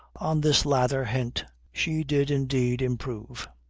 on this lather hint she did indeed improve,